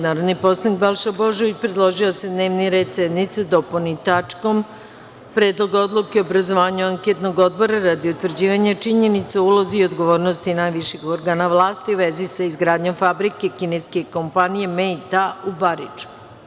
Narodni poslanik Balša Božović predložio je da se dnevni red sednice dopuni tačkom – Predlog odluke o obrazovanju Anketnog odbora radi utvrđivanja činjenica o ulozi i odgovornosti najviših organa vlasti u vezi sa izgradnjom fabrike kineske kompanije „Mei Ta“ u Bariču.